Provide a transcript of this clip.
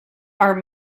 are